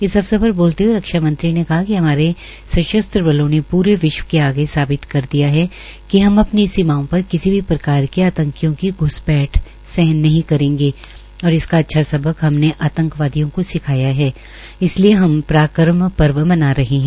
इस अवसर पर बोलते हए रक्षा मंत्री ने कहा कि हमारे सशस्त्र बलों ने पूरे विश्व के आगे साबित कर दिया है कि हम अपनी सीमाओं पर किसी भी प्रकार के आंतकीयों की घ्सपैठ सहन नहीं करेंगे और इसका अच्छा सबक हमने आंतवादियों को सिखाया है इसलिए हम पराक्रम पर्व मना रहे है